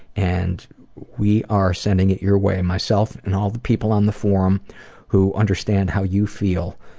and we are sending it your way, myself and all the people on the forum who understand how you feel,